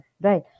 right